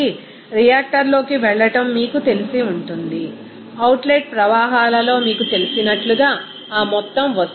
కాబట్టి రియాక్టర్లోకి వెళ్లడం మీకు తెలిసి ఉంటుంది అవుట్లెట్ ప్రవాహాలలో మీకు తెలిసినట్లుగా ఆ మొత్తం వస్తుంది